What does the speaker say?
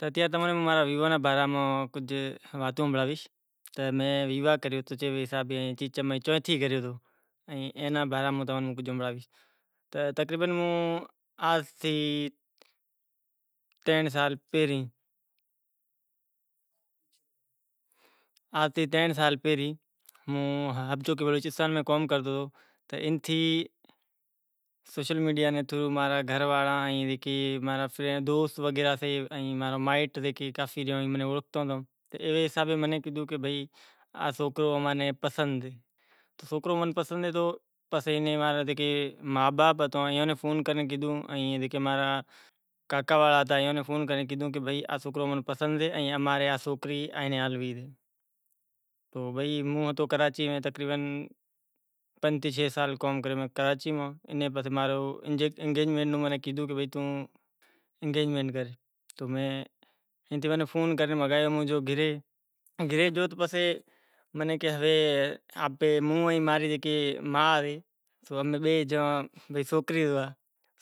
تماں نے ماں رے ویواہ رے باراں میں ہنبھڑائیس کہ میں ویواہ کریو تقریبن آج تھیں ترن سال پہریں ہوں بلوچستاں میں کام کرتو تو سوشل میڈیا میں ماں نا کافی مائٹ ہتا منیں اولکھتا تو اوئاں کیدہو کہ بھائی سوکرو ماں نیں پسند سے۔ موں کام کریو پانس سہہ سال کراچی میں پسے ماں نی اینگیجمینٹ کیدہی پسے اینگیجمینٹ کری پسے منیں کہیں ہوے موں ان ماں ری جیکا ما آوی تو امیں گیا